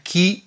Key